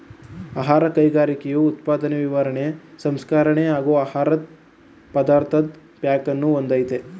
ಆಹಾರ ಕೈಗಾರಿಕೆಯು ಉತ್ಪಾದನೆ ವಿತರಣೆ ಸಂಸ್ಕರಣೆ ಹಾಗೂ ಆಹಾರ ಪದಾರ್ಥದ್ ಪ್ಯಾಕಿಂಗನ್ನು ಹೊಂದಯ್ತೆ